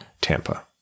Tampa